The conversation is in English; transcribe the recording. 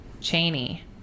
Cheney